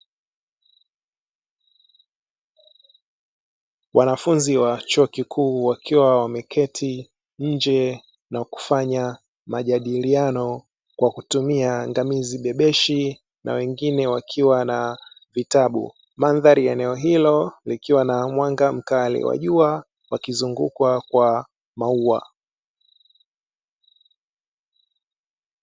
Wanafunzi wa chuo kikuu wakiwa wameketi nje na kufanya majadiliano kwa kutumia ngamizi bebeshi na wengine wakiwa na vitabu, mandhari ya eneo hilo likiwa na mwanga mkali wa jua wakizungukwa kwa maua.